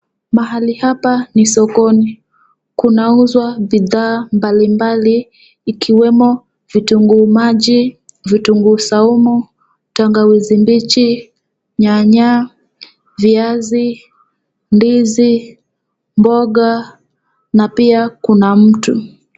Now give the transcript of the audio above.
Mahali hapa ni sokoni, kunauzwa bidhaa mbalimbali ikiwemo vitunguu maji, vitunguu saumu, tangawizi mbichi, nyanya, viazi, ndizi, mboga na pia kuna mtu.